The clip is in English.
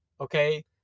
Okay